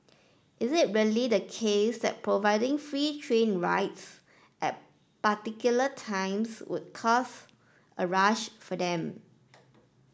is it really the case that providing free train rides at particular times would cause a rush for them